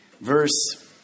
Verse